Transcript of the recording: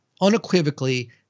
unequivocally